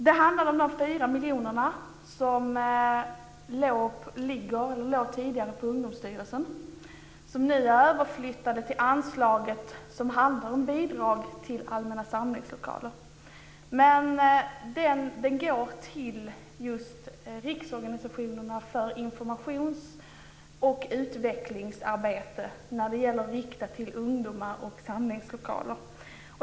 Det handlar om de fyra miljoner som tidigare låg på Ungdomsstyrelsen och som nu är överflyttade till anslaget som handlar om bidrag till allmänna samlingslokaler. Men det går till just riksorganisationerna för informations och utvecklingsarbete när det gäller att rikta till ungdomar och samlingslokaler.